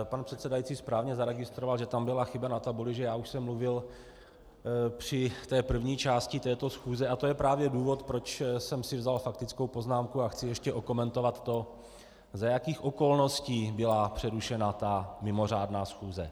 Pan předsedající správně zaregistroval, že tam byla chyba na tabuli, že já už jsem mluvil při první části této schůze, a to je právě důvod, proč jsem si vzal faktickou poznámku a chci ještě okomentovat to, za jakých okolností byla přerušena ta mimořádná schůze.